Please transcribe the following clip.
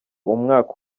umwaka